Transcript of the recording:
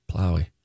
plowy